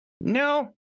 no